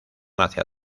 hacia